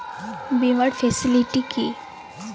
বীমার ফেসিলিটি কি?